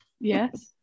yes